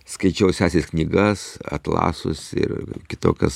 skaičiau sesės knygas atlasus ir kitokias